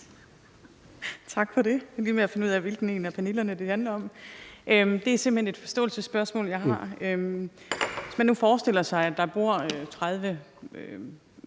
handler om. Det er simpelt hen et forståelsesspørgsmål, jeg har. Hvis man nu forestiller sig, at der er 30